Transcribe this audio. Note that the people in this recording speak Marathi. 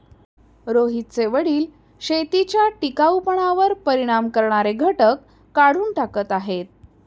रोहितचे वडील शेतीच्या टिकाऊपणावर परिणाम करणारे घटक काढून टाकत आहेत